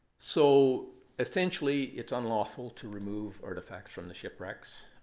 so essentially, it's unlawful to remove artifacts from the shipwrecks,